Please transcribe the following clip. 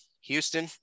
Houston